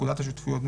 לפקודת השותפויות ,